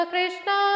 Krishna